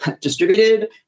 distributed